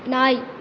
நாய்